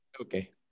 okay